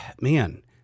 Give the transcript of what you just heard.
Man